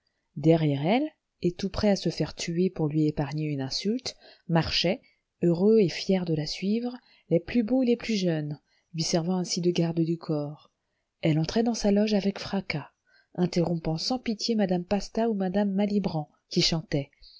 derrière elle et tout prêt à se faire tuer pour lui épargner une insulte marchaient heureux et fiers de la suivre les plus beaux et les plus jeunes lui servant ainsi de gardes du corps elle entrait dans sa loge avec fracas interrompant sans pitié madame pasta ou madame malibran qui chantait